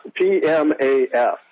PMAF